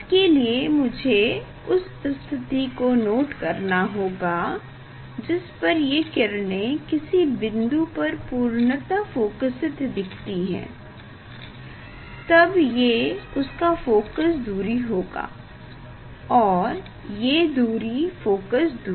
इसके लिए मुझे उस स्थिति को नोट करना होगा जिस पर ये किरणें किसी बिन्दु पर पूर्णतः फोकसीत दिख रही है तब ये उसका फोकस बिन्दु होगा और ये दूरी फोकस दूरी